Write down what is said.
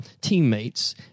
teammates